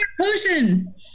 potion